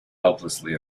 helplessly